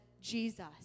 Jesus